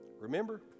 Remember